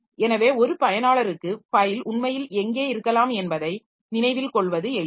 எனவே ஒரு பயனாளருக்கு ஃபைல் உண்மையில் எங்கே இருக்கலாம் என்பதை நினைவில் கொள்வது எளிது